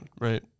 right